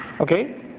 Okay